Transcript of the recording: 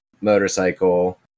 motorcycle